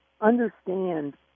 understand